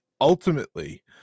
ultimately